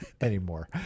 anymore